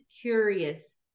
curious